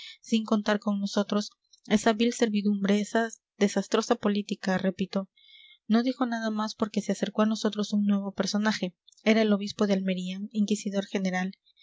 sin contar con nosotros esa vil servidumbre esa desastrosa política repito no dijo más porque se acercó a nosotros un nuevo personaje era el obispo de almería inquisidor general